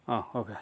okay